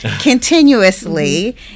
continuously